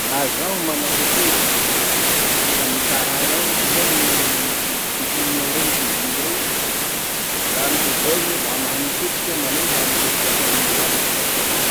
Laha zaho mana hotely ka mitaray amiko zany i mpihina ao rey, mpivily rey, volaniko avao hoe laha mahay miketriky iha manino laha miketriky antranonao any fa tsy amiko atiky.